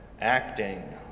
Acting